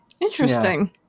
interesting